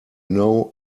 know